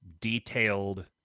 detailed